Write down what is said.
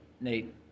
Nate